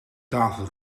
tafel